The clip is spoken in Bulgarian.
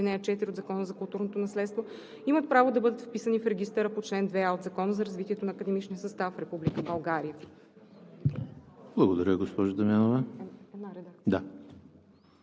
28, ал.4 от Закона за културното наследство, имат право да бъдат вписани в регистъра по чл. 2а от Закона за развитието на академичния състав в Република България.“ Уважаеми господин